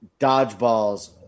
dodgeballs